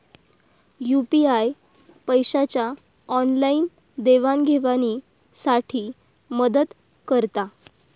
UPI पैशाच्या online देवाणघेवाणी साठी मदत करता